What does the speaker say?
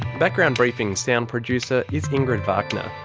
background briefing's sound producer is ingrid wagner.